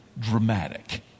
dramatic